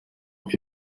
uko